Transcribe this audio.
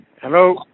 Hello